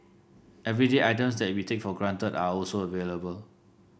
everyday items that we take for granted are also available